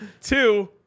Two